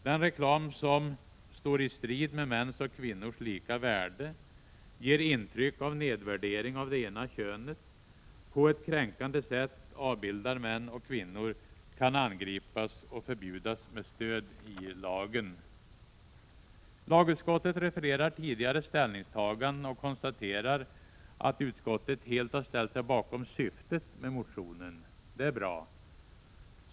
Den reklam som står i strid med mäns och kvinnors lika värde e ger intryck av nedvärdering av det ena könet e på ett kränkande sätt avbildar män och kvinnor e kan angripas och förbjudas med stöd av lagen. Lagutskottet refererar tidigare ställningstaganden och konstaterar att utskottet helt har ställt sig bakom syftet med motionen. Det är bra.